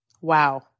Wow